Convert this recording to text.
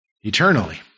eternally